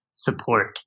Support